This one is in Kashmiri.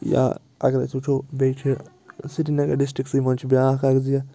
یا اگر أسۍ وُچھو بیٚیہِ چھِ سرینَگر ڈِسٹِرٛکسٕے منٛز چھِ بیٛاکھ اَکھ جا